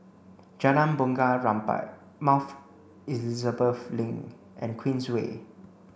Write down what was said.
Jalan Bunga Rampai Elizabeth Link and Queensway